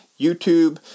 YouTube